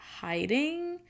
hiding